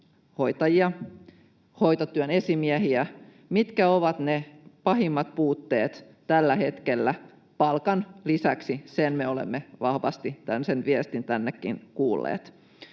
hoitajia ja hoitotyön esimiehiä, mitkä ovat ne pahimmat puutteet tällä hetkellä palkan lisäksi — sen viestin me olemme vahvasti tännekin kuulleet.